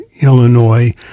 Illinois